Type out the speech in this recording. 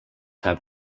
have